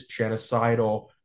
genocidal